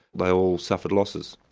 they all suffered losses.